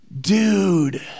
Dude